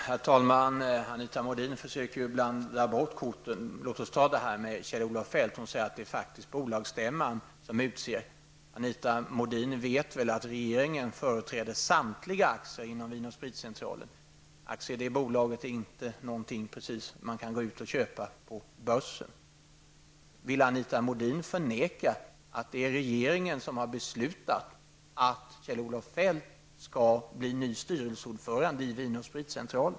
Herr talman! Anita Modin försöker blanda bort korten. När det gäller Kjell-Olof Feldt säger hon att det faktiskt är bolagsstämman som utser styrelseordföranden. Anita Modin vet mycket väl att regeringen företräder samtliga aktier inom Vin & Spritcentralen. Aktier i det bolaget är inte någonting man kan gå ut och köpa på börsen. Vill Anita Modin förneka att det är regeringen som har beslutat att Kjell-Olof Feldt skall bli ny styrelseordförande i Vin & Spritcentralen?